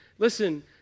Listen